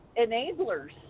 enablers